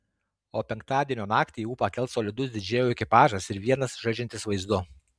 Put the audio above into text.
o penktadienio naktį ūpą kels solidus didžėjų ekipažas ir vienas žaidžiantis vaizdu